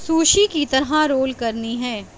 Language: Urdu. سوشی کس طرح رول کرنی ہے